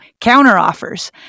counteroffers